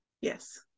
yes